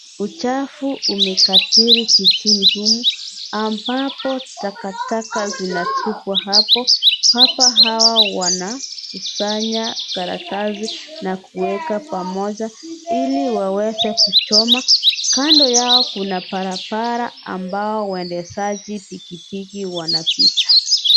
Uchafu umekadhiri jijiini huu ambapo takataka zinatupwa hapo. Baba hawa wanakusanya karatasi na kuweka pamoja ili waweze kuchoma. Kando yao kuna barabara ambayo waendeshaji pikipiki wanapita.